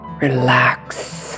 relax